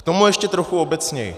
K tomu ještě trochu obecněji.